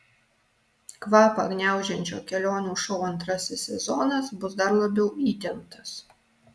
kvapą gniaužiančio kelionių šou antrasis sezonas bus dar labiau įtemptas